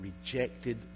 rejected